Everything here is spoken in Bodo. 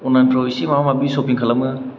अनलाइन फ्राव इसे माबा माबि सफिं खालामो